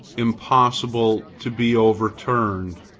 impossible to be overturned,